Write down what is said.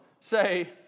say